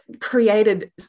created